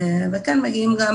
וכן, מגיעים גם